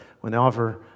whenever